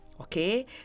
okay